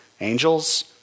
Angels